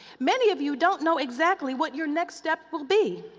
many of you don't know exactly what your next step will be.